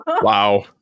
Wow